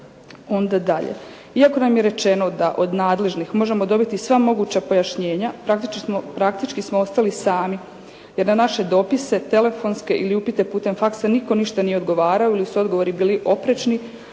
“iako nam je rečeno da od nadležnih možemo dobiti sva moguća pojašnjenja. Praktički smo ostali sami, jer na naše dopise telefonske ili upite putem faksa nitko ništa nije odgovarao ili su odgovori bili oprečni.